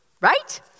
right